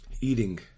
eating